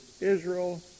Israel